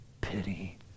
pity